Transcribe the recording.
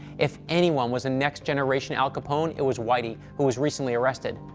if anyone was a next-generation al capone, it was whitey, who was recently arrested.